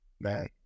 Man